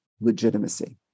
legitimacy